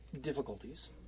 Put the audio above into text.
difficulties